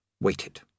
waited